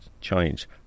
change